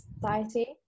Society